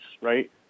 right